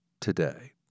today